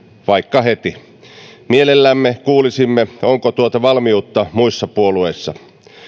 vaikka heti mielellämme kuulisimme onko tuota valmiutta muissa puolueissa